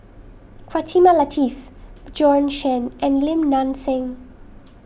Quatimah Lateef Bjorn Shen and Lim Nang Seng